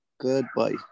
goodbye